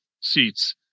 seats